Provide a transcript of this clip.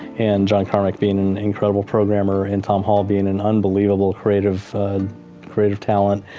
and john carmack being an incredible programmer and tom hall being an unbelievable creative creative talent,